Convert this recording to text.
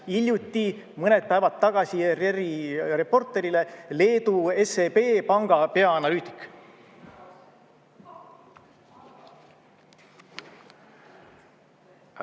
hiljuti, mõned päevad tagasi ERR-i reporterile Leedu SEB panga peaanalüütik.